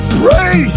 pray